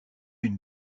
une